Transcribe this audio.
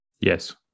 Yes